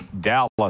Dallas